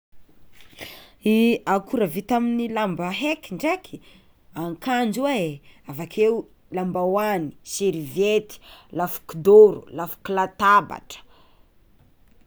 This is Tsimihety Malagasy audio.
I akora vita amy lamba heky ndraiky: ankanjo e, avakeo, lambahoany, serviety, lafi-kodôro, lafika latabatra.